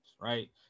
right